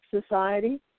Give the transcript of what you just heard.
society